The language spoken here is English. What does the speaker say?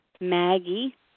Maggie